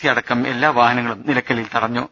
C അടക്കം എല്ലാ വാഹനങ്ങളും നിലക്കലിൽ തടഞ്ഞു